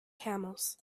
camels